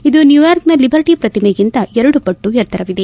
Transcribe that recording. ಇದು ನ್ಲೂಯಾರ್ಕ್ನ ಲಿಬರ್ಟಿ ಪ್ರತಿಮೆಗಿಂತ ಎರಡು ಪಟ್ಟು ಎತ್ತರವಿದೆ